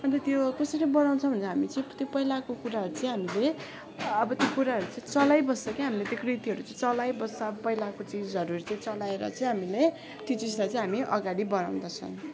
अन्त त्यो कसरी बनाउँछौँ भन्दा चाहिँ हामी चाहिँ त्यो पहिलाको कुराहरू चाहिँ हामीले अब त्यो कुराहरू चाहिँ चलाइबस्छ के हामले त्यो कृतिहरू चाहिँ चलाइबस्छ पहिलाको चिजहरू चलाएर चाहिँ हामीले त्यो चिजलाई चाहिँ हामी अगाडि बढाउँदछौँ